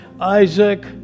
Isaac